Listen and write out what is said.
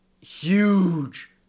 huge